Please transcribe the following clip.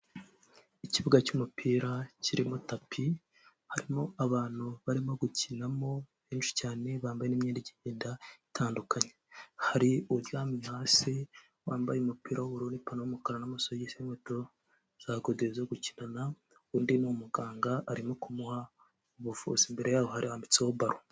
Ikibuga cy'umupira kirimo tapi, harimo abantu barimo gukinamo benshi cyane. Bambaye n'imyenda igenda itandukanye, hari uryamye hasi wambaye umupira w'ubururu, n'ipanaro y'umukara, n'amasogisito, n'inkweto za godiyo zo gukinana. Undi ni umuganga arimo kumuha ubuvuzi, imbere yaho harambitseho balo.